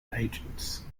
agents